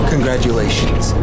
Congratulations